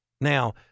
Now